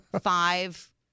five